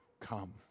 come